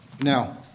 Now